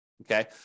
Okay